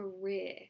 career